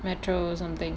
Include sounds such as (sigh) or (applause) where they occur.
(noise) or something